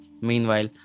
Meanwhile